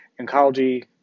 oncology